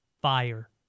fire